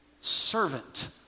servant